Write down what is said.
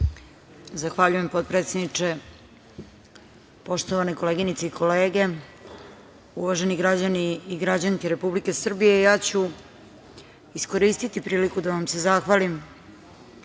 Zahvaljujem, potpredsedniče. Poštovane koleginice i kolege, uvaženi građani i građanke Republike Srbije, ja ću iskoristiti priliku da vam se zahvalim,